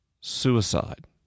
suicide